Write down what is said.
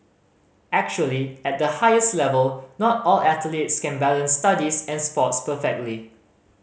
actually at the highest level not all athletes can balance studies and sports perfectly